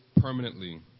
permanently